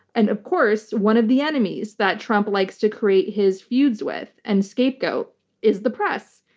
and of course, one of the enemies that trump likes to create his feuds with and scapegoat is the press.